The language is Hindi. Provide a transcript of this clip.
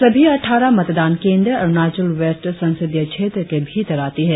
सभी अट्ठारह मतदान केंद्र अरुणाचल वेस्ट संसदीय क्षेत्र के भीतर आती है